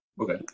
Okay